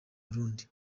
burundi